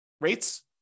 rates